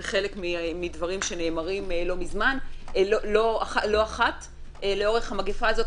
זה חלק מדברים שנאמרים לא אחת לאורך המגפה הזאת.